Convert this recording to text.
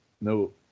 No